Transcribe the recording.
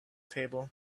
table